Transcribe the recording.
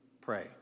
pray